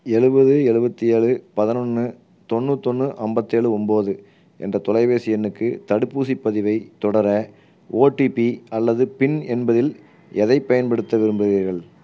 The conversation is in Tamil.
எழுபது எழுபத்தி ஏழு பதினொன்னு தொண்ணூத்தொன்று அம்பத்தேழு ஒம்பது என்ற தொலைபேசி எண்ணுக்கு தடுப்பூசிப் பதிவை தொடர ஓடிபி அல்லது பின் என்பதில் எதை பயன்படுத்த விரும்புகிறீர்கள்